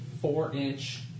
four-inch